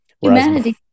Humanity